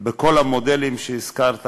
בכל המודלים שהזכרת,